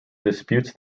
disputes